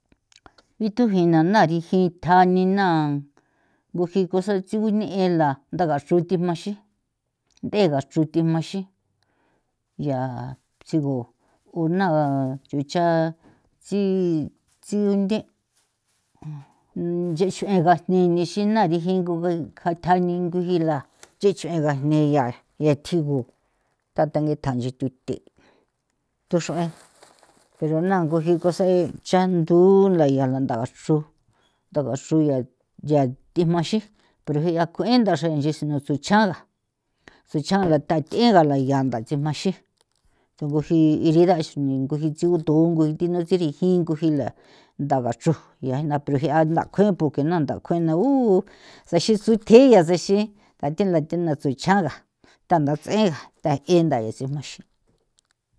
Bithu jina na rijin thja nina nguji cosa tsugu ne'e la ntha gachru thijma xin ya tsigu una ts'ucha tsi tsigunde' nchexuegajni nexena riji nguga kathja ninguijila cheche gajne yaa gee tjigu thathange thanchee thuthe'e thuxue'e pero naa ngujin cose' xranthu nthalaya ntha xru nthagaxuu yaa thijmaxin pero jian kuethaje nche suchaga suchaga thath'e galaya tsijmaxin tsuguxin herida xini ningo jii thu ngui ko jinla ntha gachru ko jian pero nthakjue porke saxisuthea sexin ngathela thena tsuin chjaga thanda ts'ega tha enda e simaxin'.